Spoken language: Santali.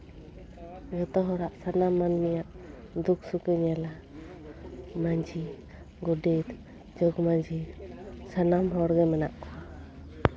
ᱡᱚᱛᱚ ᱦᱚᱲᱟᱜ ᱥᱟᱱᱟᱢ ᱢᱟᱹᱱᱢᱤᱭᱟᱜ ᱫᱩᱠ ᱥᱩᱠᱮ ᱧᱮᱞᱟ ᱢᱟᱺᱡᱷᱤ ᱜᱳᱰᱮᱛ ᱡᱚᱜᱽᱢᱟᱺᱡᱷᱤ ᱥᱟᱱᱟᱢ ᱦᱚᱲᱜᱮ ᱢᱮᱱᱟᱜ ᱠᱚᱣᱟ